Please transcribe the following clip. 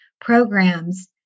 programs